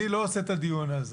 אני לא עושה את הדיון הזה